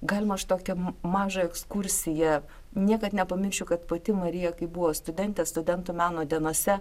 galima aš tokią mažą ekskursiją niekad nepamiršiu kad pati marija kai buvo studentė studentų meno dienose